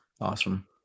Awesome